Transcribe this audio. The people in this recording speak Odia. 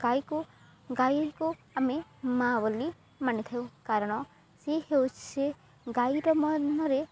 ଗାଈକୁ ଗାଈକୁ ଆମେ ମା ବୋଲି ମାନି ଥାଉ କାରଣ ସେ ହେଉଛି ଗାଈର ମନରେ